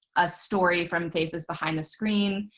a story from faces behind the screen.